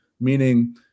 meaning